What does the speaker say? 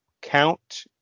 Count